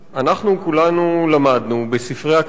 אנחנו כולנו למדנו בספרי הכלכלה